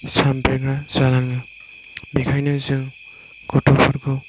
सानब्रेग्रा जालाङो बेनिखायनो जों गथ'फोरखौ